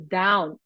down